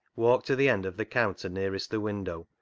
walked to the end of the counter nearest the window,